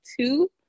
two